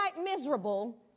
miserable